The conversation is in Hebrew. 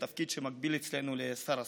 תפקיד שמקביל אצלנו לשר הספורט.